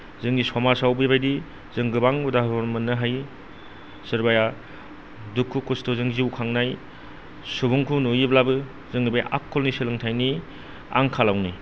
जोंनि समाजाव बेबायदि जों गोबां उदाहारन मोननो हायो सोरबाया दुखु खस्थ'जों जिउ खांनाय सुबुंखौ नुयोब्लाबो जोङो बे आखलनि सोलोंथायनि आंखालावनो